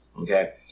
Okay